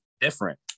different